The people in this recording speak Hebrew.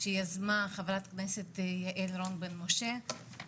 שיזמה חברת כנסת יעל רון בן משה.